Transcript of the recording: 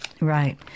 Right